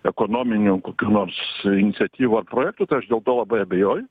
ekonominių kokių nors iniciatyvų ar projektų aš dėl to labai abejoju